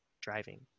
driving